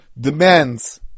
demands